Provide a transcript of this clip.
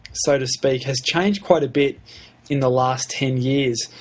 so to speak, has changed quite a bit in the last ten years.